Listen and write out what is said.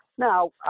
Now